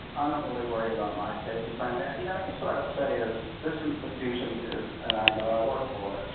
i don't really worry about my safety, frankly. i you know guess what i would say is, this institution is and i know i work for it,